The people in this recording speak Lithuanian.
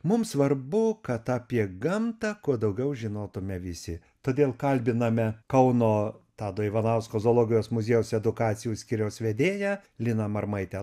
mums svarbu kad apie gamtą kuo daugiau žinotume visi todėl kalbiname kauno tado ivanausko zoologijos muziejaus edukacijos skyriaus vedėją liną marmaitę